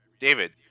David